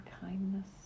kindness